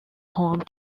home